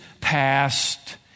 past